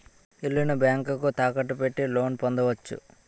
ఇల్లుని బ్యాంకుకు తాకట్టు పెట్టి లోన్ పొందవచ్చు